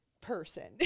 person